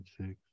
six